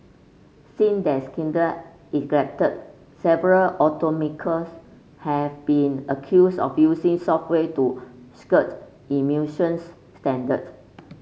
since that scandal erupted several automakers have been accused of using software to skirt emissions standards